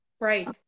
Right